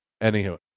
Anywho